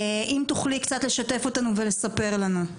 אם תוכלי קצת לשתף אותנו ולספר לנו.